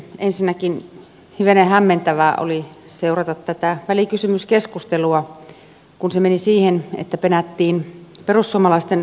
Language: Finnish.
ensinnäkin hivenen hämmentävää oli seurata tätä välikysymyskeskustelua kun se meni siihen että penättiin perussuomalaisten mallia